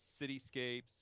cityscapes